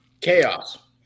Chaos